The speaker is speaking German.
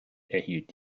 erhielt